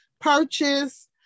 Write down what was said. purchase